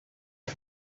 byo